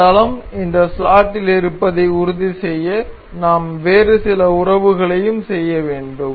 இந்த தளம் இந்த ஸ்லாட்டில் இருப்பதை உறுதிசெய்ய நாம் வேறு சில உறவுகளையும் செய்ய வேண்டும்